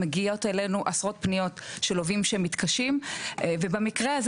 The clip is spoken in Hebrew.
מגיעות אלינו עשרות פניות של לווים שמתקשים ובמקרה הזה